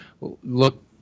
look